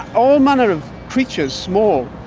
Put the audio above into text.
all manner of creatures small,